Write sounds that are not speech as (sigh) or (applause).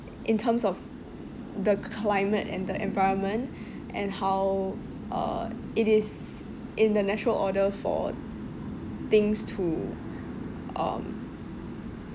in terms of the climate and the environment (breath) and how uh it is in the natural order for things to um